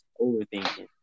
Overthinking